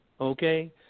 okay